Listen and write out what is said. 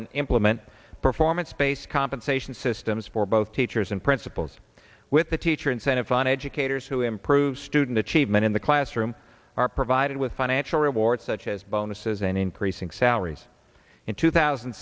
and implement performance based compensation systems for both teachers and principals with the teacher incentive on educators who improve student achievement in the classroom are provided with financial rewards such as bonuses and increasing salaries in two thousand